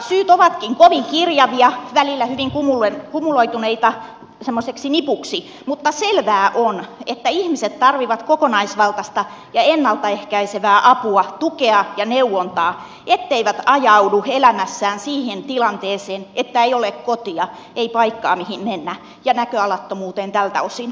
syyt ovatkin kovin kirjavia välillä hyvin kumuloituneita semmoiseksi nipuksi mutta selvää on että ihmiset tarvitsevat kokonaisvaltaista ja ennalta ehkäisevää apua tukea ja neuvontaa etteivät ajaudu elämässään siihen tilanteeseen että ei ole kotia ei paikkaa mihin mennä ja näköalattomuuteen tältä osin